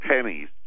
pennies